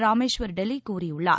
ராமேஸ்வர் டெலி கூறியுள்ளார்